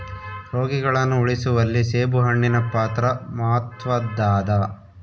ರೋಗಿಗಳನ್ನು ಉಳಿಸುವಲ್ಲಿ ಸೇಬುಹಣ್ಣಿನ ಪಾತ್ರ ಮಾತ್ವದ್ದಾದ